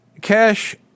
cash